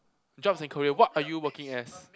jobs and career what are you working as